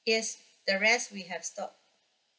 yes the rest we have stock